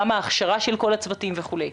גם ההכשרה של כל הצוותים וכו'.